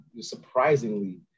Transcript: surprisingly